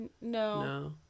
No